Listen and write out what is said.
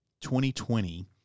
2020